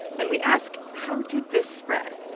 and we ask, how did this spread?